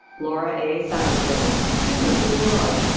laura a. satterfield, summa cum laude.